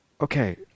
Okay